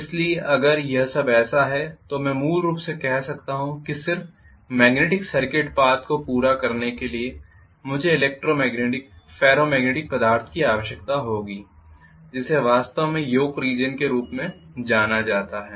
इसलिए अगर यह अब ऐसा है तो मैं मूल रूप से कह सकता हूं कि सिर्फ मॅग्नेटिक सर्किट पाथ को पूरा करने के लिए मुझे इलेक्ट्रोमैग्नेटिक फेरोमैग्नेटिक पदार्थ की आवश्यकता होगी जिसे वास्तव में योक रीजन के रूप में जाना जाता है